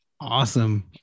awesome